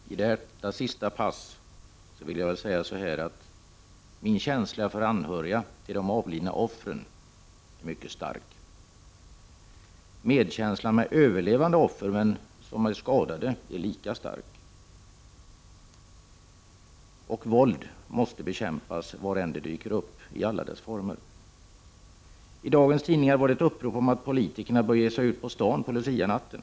Herr talman! I detta sista pass vill jag säga att min känsla för anhöriga till de avlidna offren är mycket stark. Medkänslan med offer som överlevt men som är skadade är lika stark. Våld måste bekämpas var än det dyker upp, i alla dess former. I dagens tidningar finns ett upprop om att politikerna bör ge sig ut på stan på Lucianatten.